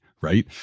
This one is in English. right